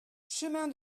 chemin